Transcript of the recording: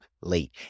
late